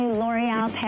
L'Oreal